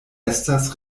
estas